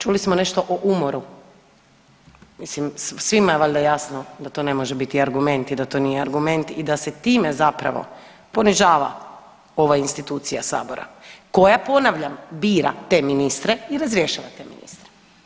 Čuli smo nešto o umoru, mislim svima je valjda jasno da to ne može biti argument i da to nije argument i da se time zapravo ponižava ova institucija sabora koja ponavljam bira te ministre i razrješava te ministre.